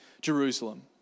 Jerusalem